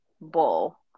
bull